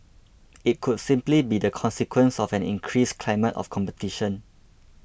it could simply be the consequence of an increased climate of competition